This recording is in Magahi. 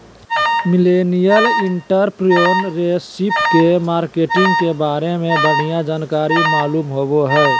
मिलेनियल एंटरप्रेन्योरशिप के मार्केटिंग के बारे में बढ़िया जानकारी मालूम होबो हय